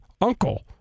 uncle